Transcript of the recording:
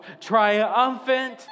triumphant